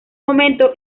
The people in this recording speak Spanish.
momento